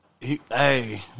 Hey